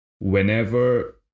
whenever